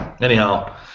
anyhow